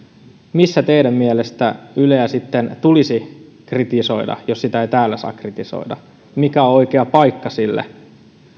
missä teidän mielestänne yleä sitten tulisi kritisoida jos sitä ei täällä saa kritisoida mikä on oikea paikka sille